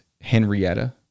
Henrietta